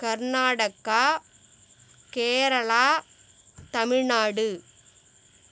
Karnataka Kerala Tamil Nadu